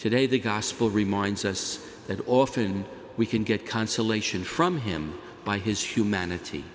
today the gospel reminds us that often we can get consolation from him by his humanity